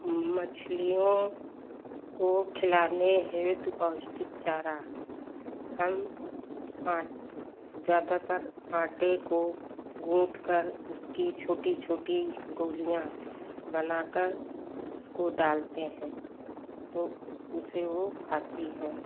मछलियों को खिलाने हेतु पौष्टिक चारा हम आट ज़्यादातर आटे को गूंथकर उसकी छोटी छोटी गोलियाँ बनाकर उसको डालते हैं तो उसे वह खाती हैं